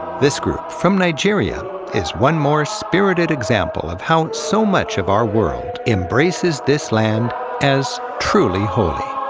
this group, from nigeria, is one more spirited example of how so much of our world embraces this land as truly holy.